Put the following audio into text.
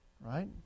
right